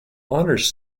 honors